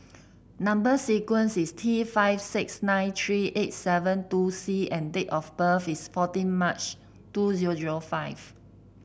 number sequence is T five six nine three eight seven two C and date of birth is fourteen March two zero zero five